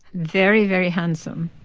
very, very handsome.